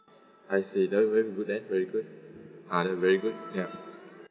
I see that'll be very good then very good ah that'll very good ya